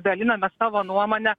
dalinamės savo nuomone